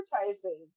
advertising